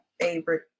favorite